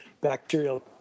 bacterial